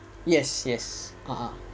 yes yes (uh huh)